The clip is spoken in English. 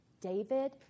David